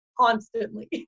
constantly